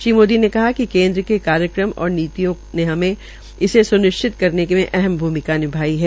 श्री मोदी ने कहा कि केन्द्र के कार्यक्रम और नीतियों ने इसे सुनिश्चित करने में अहम भ्रमिका निभाई है